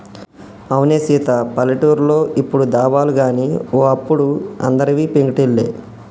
అవునే సీత పల్లెటూర్లో ఇప్పుడు దాబాలు గాని ఓ అప్పుడు అందరివి పెంకుటిల్లే